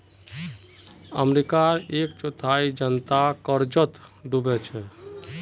अमेरिकार एक चौथाई जनता कर्जत डूबे छेक